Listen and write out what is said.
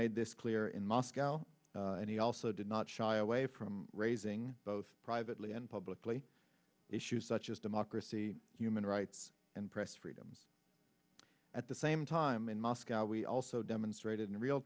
made this clear in moscow and he also did not shy away from raising both privately and publicly issues such as democracy human rights and press freedoms at the same time in moscow we also demonstrated in real